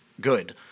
good